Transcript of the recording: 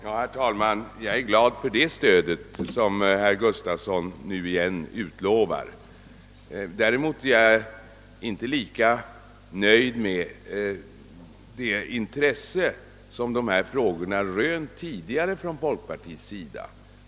Herr talman! Jag är glad över det stöd som herr Gustafson i Göteborg nu åter utlovar. Däremot är jag inte lika nöjd med det intresse som dessa frågor tidigare har rönt från folkpartiets sida.